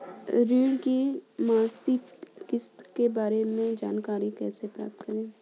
ऋण की मासिक किस्त के बारे में जानकारी कैसे प्राप्त करें?